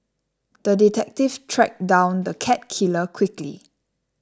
the detective tracked down the cat killer quickly